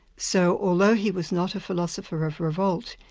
so although he was not a philosopher of revolt,